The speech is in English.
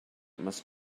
must